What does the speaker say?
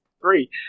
three